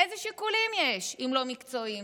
איזה שיקולים יש אם לא מקצועיים?